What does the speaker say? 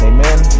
Amen